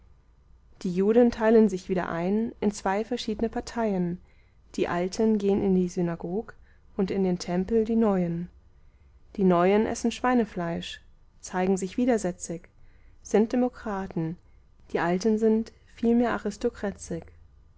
die juden teilen sich wieder ein in zwei verschiedne parteien die alten gehn in die synagog und in den tempel die neuen die neuen essen schweinefleisch zeigen sich widersetzig sind demokraten die alten sind vielmehr